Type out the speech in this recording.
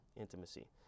intimacy